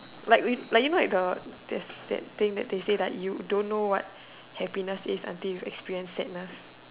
like like you know there's that thing that they say you don't know what happiness is until you experience sadness